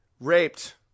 raped